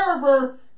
server